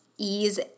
ease